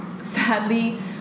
sadly